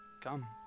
Come